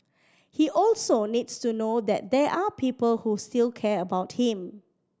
he also needs to know that there are people who still care about him